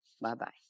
Bye-bye